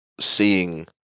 seeing